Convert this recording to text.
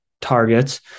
targets